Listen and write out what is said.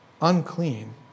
Unclean